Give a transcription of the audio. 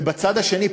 ובצד השני,